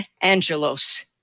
Angelos